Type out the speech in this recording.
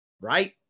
right